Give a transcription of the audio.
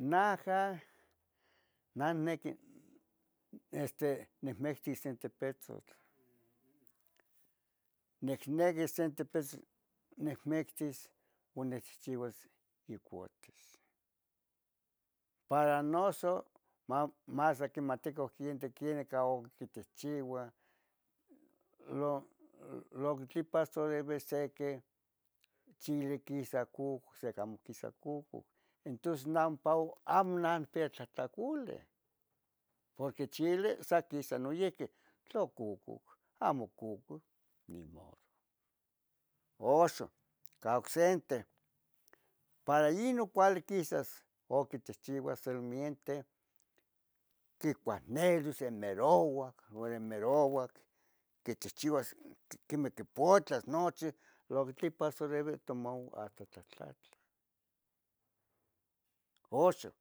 Najah, nan nequi este necmectes sente petzotl, negneque sente petzotl necmectes unen chichiuas icuotes, para noso ma, masequimatico quintiquineh cau quitichiuah, lo, lo que tlipaso deve se chili quisa cucuc sequi amo quisa cucuc, tons nah nau amo nipiya tlahtlaculi, porque chicli sa quisa noihqui tla cucuc, tlamo cucuc nimodo. Oxon para ino cuali quisas o quichihchiuas solomiente, quicuanelos semeroua, ore merouac quichihchiuas quemeh quiputlos nochi lo que tlen pasarivi, tomuan hasta tlahtlatlah. Oxon